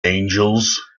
angels